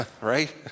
right